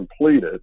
completed